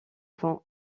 vont